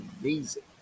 amazing